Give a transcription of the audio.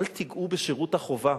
את תיגעו בשירות החובה.